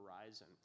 horizon